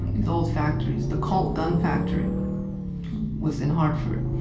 these old factories. the colt gun factory was in hartford.